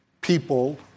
people